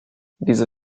diese